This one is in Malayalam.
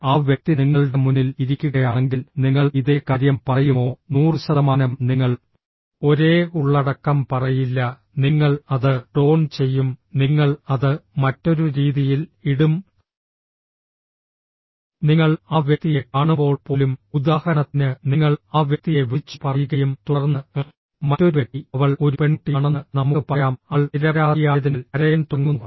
ആ വ്യക്തി നിങ്ങളുടെ മുന്നിൽ ഇരിക്കുകയാണെങ്കിൽ നിങ്ങൾ ഇതേ കാര്യം പറയുമോ 100 ശതമാനം നിങ്ങൾ ഒരേ ഉള്ളടക്കം പറയില്ല നിങ്ങൾ അത് ടോൺ ചെയ്യും നിങ്ങൾ അത് മറ്റൊരു രീതിയിൽ ഇടും നിങ്ങൾ ആ വ്യക്തിയെ കാണുമ്പോൾ പോലും ഉദാഹരണത്തിന് നിങ്ങൾ ആ വ്യക്തിയെ വിളിച്ചുപറയുകയും തുടർന്ന് മറ്റൊരു വ്യക്തി അവൾ ഒരു പെൺകുട്ടിയാണെന്ന് നമുക്ക് പറയാം അവൾ നിരപരാധിയായതിനാൽ കരയാൻ തുടങ്ങുന്നു